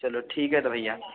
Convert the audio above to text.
चलो ठीक है तो भैया